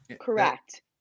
Correct